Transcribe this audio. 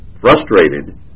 frustrated